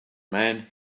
man